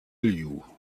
you